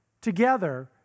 together